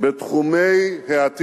שם צריך מרכז למצוינות.